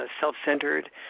self-centered